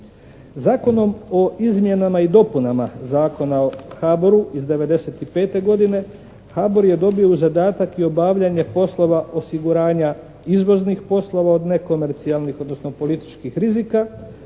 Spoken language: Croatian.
Zakonom o izmjenama i dopunama Zakona o Haboru iz '95. godine Habor je dobio u zadatak i obavljanje poslova osiguranja izvoznih poslova od nekomercijalnih, odnosno političkih rizika,